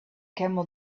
camel